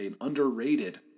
underrated